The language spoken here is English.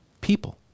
people